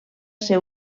ser